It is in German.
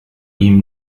ihm